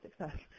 success